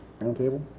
Roundtable